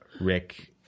Rick